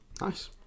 Nice